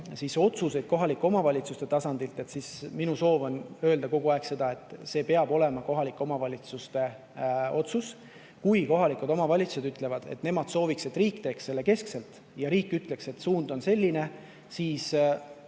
otsuseid kohalike omavalitsuste tasandil, siis minu soov on öelda kogu aeg seda, et see peab olema kohalike omavalitsuste otsus. Kui aga kohalikud omavalitsused ütlevad, et nemad sooviks, et riik teeks selle keskselt, et riik ütleks, et suund on selline, siis